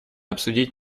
обсудить